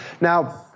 now